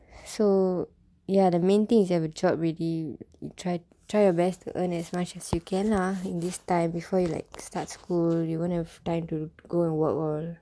so ya the main thing is have a job ready try try your best to earn as much as you can lah in this time before you like start school you won't have time to go and work all